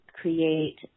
create